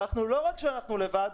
ולא רק שאנחנו לבד,